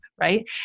right